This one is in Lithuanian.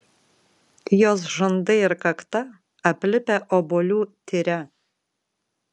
jos žandai ir kakta aplipę obuolių tyre